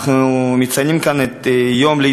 אני חושב שזה יום חשוב ביותר,